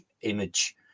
image